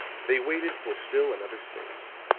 they waited for still another space,